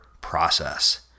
process